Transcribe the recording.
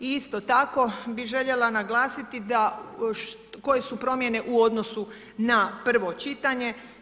I isto tako bih željela naglasiti koje su promjene u odnosu na prvo čitanje.